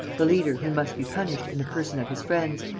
the leader who must be punished in the person of his friends,